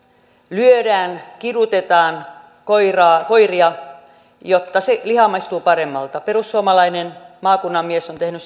lyödään kidutetaan koiria jotta se liha maistuu paremmalta perussuomalainen maakunnan mies on tehnyt